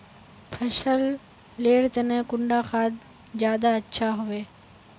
फसल लेर तने कुंडा खाद ज्यादा अच्छा हेवै?